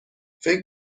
فکر